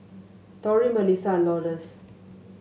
Torey Mellisa Lourdes